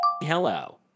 hello